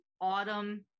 autumn